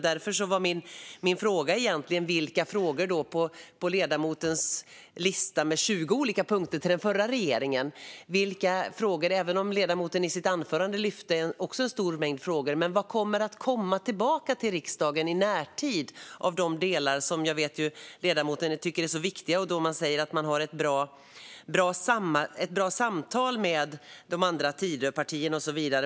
Då var min fråga: Vilka av frågorna på ledamotens lista med 20 olika punkter till den förra regeringen och av det stora antal frågor som ledamoten lyfte i sitt anförande kommer att komma tillbaka till riksdagen i närtid? Det gäller frågor som jag vet att ledamoten tycker är viktiga och där man säger att man har ett bra samtal med de andra Tidöpartierna.